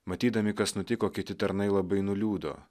matydami kas nutiko kiti tarnai labai nuliūdo